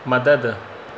मदद